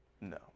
No